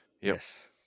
Yes